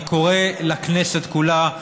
אני קורא לכנסת כולה,